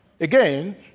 Again